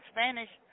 Spanish